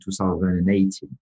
2018